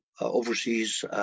Overseas